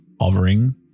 hovering